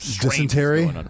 Dysentery